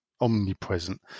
Omnipresent